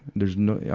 there's no, yeah